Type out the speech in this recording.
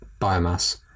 biomass